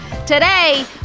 Today